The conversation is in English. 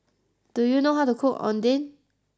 do you know how to cook Oden